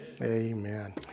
Amen